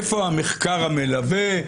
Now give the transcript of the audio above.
איפה המחקר המלווה?